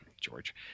George